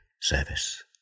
service